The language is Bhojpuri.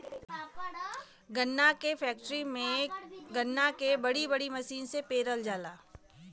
गन्ना क फैक्ट्री में गन्ना के बड़ी बड़ी मसीन से पेरल जाला